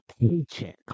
paycheck